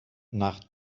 nach